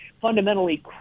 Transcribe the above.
fundamentally